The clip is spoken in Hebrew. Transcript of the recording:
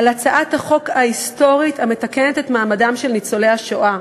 על הצעת החוק ההיסטורית המתקנת את מעמדם של ניצולי השואה.